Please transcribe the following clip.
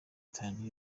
itanu